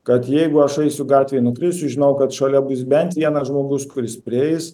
kad jeigu aš eisiu gatvėj nukrisiu žinok kad šalia bus bent vienas žmogus kuris prieis